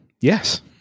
Yes